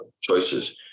choices